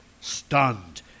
Stunned